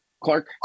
Clark